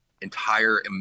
entire